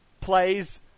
plays